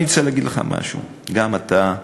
אני רוצה להגיד לך משהו: גם אתה,